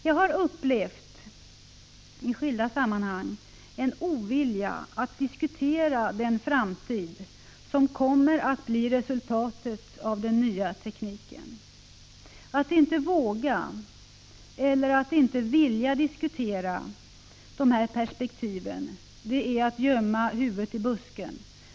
Jag har i olika sammanhang upplevt att människor har en ovilja att diskutera den framtid som kommer att bli resultatet av den nya tekniken. Att inte våga eller vilja diskutera dessa perspektiv är att gömma huvudet i busken.